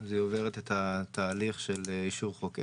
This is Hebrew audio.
אז היא עוברת את התהליך של אישור חוק עזר.